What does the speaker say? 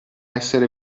essere